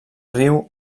riu